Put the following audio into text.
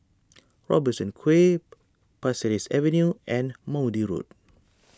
Robertson Quay Pasir Ris Avenue and Maude Road